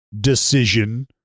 decision